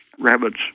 Rabbits